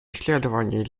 исследований